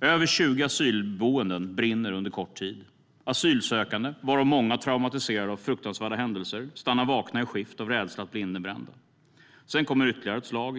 Över 20 asylboenden brinner under kort tid. Asylsökande, varav många traumatiserade av fruktansvärda händelser, är vakna i skift av rädsla för att bli innebrända. Sedan kommer ytterligare ett slag.